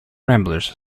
ramblers